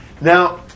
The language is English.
Now